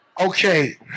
okay